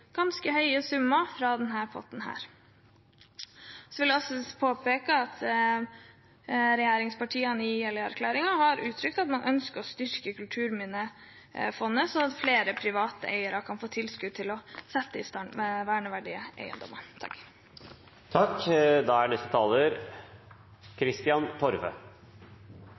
fra denne potten. Jeg vil også påpeke at regjeringspartiene i Jeløya-erklæringen har uttrykt at man ønsker å styrke Kulturminnefondet, sånn at flere private eiere kan få tilskudd til å sette i stand verneverdige eiendommer. Kulturminnelovens formål sier at det er